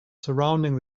surrounding